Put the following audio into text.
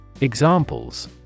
Examples